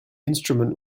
instrument